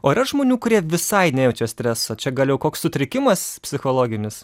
o yra žmonių kurie visai nejaučia streso čia gal jau koks sutrikimas psichologinis